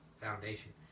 foundation